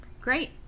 great